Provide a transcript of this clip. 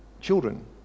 children